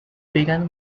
began